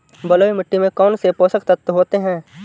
बलुई मिट्टी में कौनसे पोषक तत्व होते हैं?